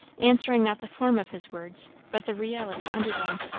answering not the form of his words, but the reality under them.